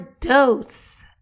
dose